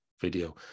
video